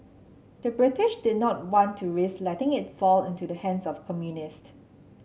the British did not want to risk letting it fall into the hands of communist